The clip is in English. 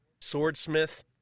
swordsmith